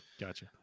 Gotcha